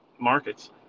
markets